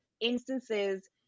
instances